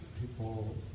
people